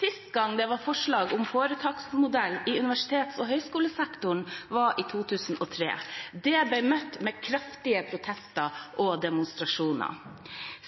Sist gang det var forslag om foretaksmodellen i universitets- og høyskolesektoren, var i 2003. Det ble møtt med kraftige protester og demonstrasjoner.